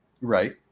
right